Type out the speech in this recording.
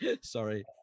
Sorry